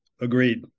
Agreed